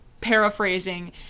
paraphrasing